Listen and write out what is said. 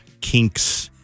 kinks